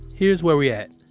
here's where we at.